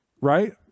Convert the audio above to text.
right